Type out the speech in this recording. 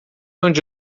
onde